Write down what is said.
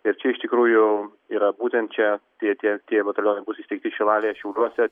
ir čia iš tikrųjų yra būtent čia tie tie tie batalionai bus įsteigti šilalėje šiauliuose